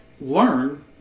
learn